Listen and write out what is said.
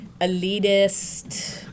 elitist